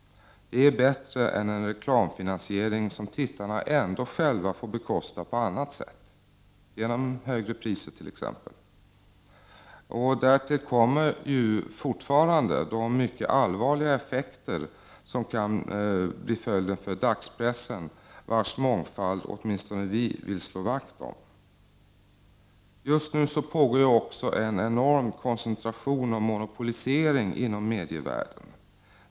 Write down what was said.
Det är bättre än en reklamfinansiering som tittarna ändå själva får bekosta på annat sätt, genom högre priser t.ex. Därtill kommer fortfarande de mycket allvarliga effekter som kan bli följden för dagspressen, vars mångfald åtminstone vi vill slå vakt om. Just nu pågår också en enorm koncentration och monopolisering inom medievärlden.